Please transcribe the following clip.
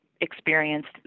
experienced